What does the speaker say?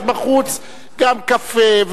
יש בחוץ גם קפה,